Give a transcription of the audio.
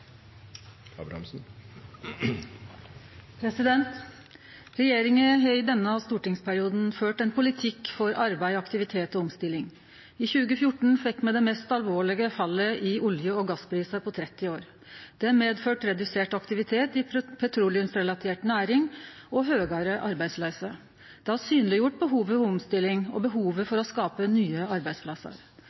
omme. Regjeringa har i denne stortingsperioden ført ein politikk for arbeid, aktivitet og omstilling. I 2014 fekk me det mest alvorlege fallet i olje- og gassprisar på 30 år. Det har medført redusert aktivitet i petroleumsrelatert næring og høgare arbeidsløyse. Det har synleggjort behovet for omstilling og behovet for å skape nye arbeidsplassar.